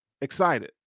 Excited